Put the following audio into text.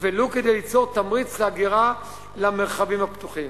ולו כדי ליצור תמריץ להגירה למרחבים הפתוחים?